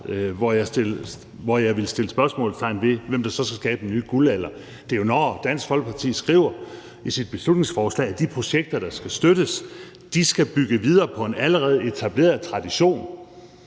at jeg ikke stillede spørgsmålstegn ved, hvem der skulle skabe en ny guldalder, hvis Statens Kunstfond blev afskaffet. Det går jo på, at Dansk Folkeparti skriver i sit beslutningsforslag, at de projekter, der skal støttes, skal bygge videre på en allerede etableret tradition.